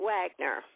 Wagner